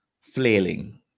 flailing